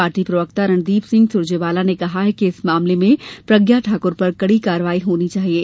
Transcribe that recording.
party प्रवक्ता रणदीप सिंह सुरजेवाला ने कहा कि इस मामले में प्रज्ञा ठाकुर पर कड़ी कार्यवाही होनी चाहिये